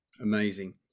amazing